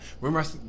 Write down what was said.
Remember